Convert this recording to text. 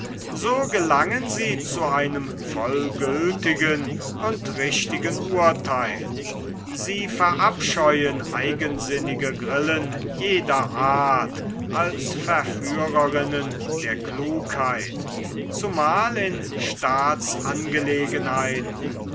so gelangen sie zu einem vollgültigen und richtigen urtheil sie verabscheuen eigensinnige grillen jeder art als verführerinnen der klugheit zumal in